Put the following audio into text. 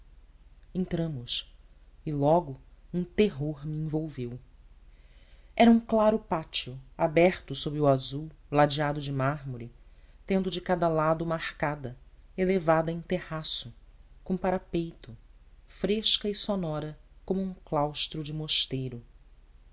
entramos e logo um terror me envolveu era um claro pátio aberto sob o azul lajeado de mármore tendo de cada lado uma arcada elevada em terraço com parapeito fresca e sonora como um claustro de mosteiro